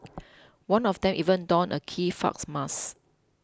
one of them even donned a Guy Fawkes mask